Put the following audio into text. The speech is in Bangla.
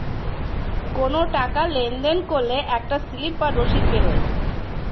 কোনো টাকা লেনদেন করলে একটা স্লিপ বা রসিদ বেরোয়